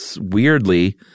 weirdly